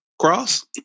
Cross